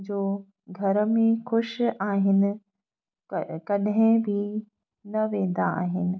जो घर में ख़ुशि आहिनि पर कॾहिं बि न वेंदा आहिनि